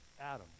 Adam